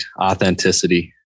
authenticity